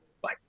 Bye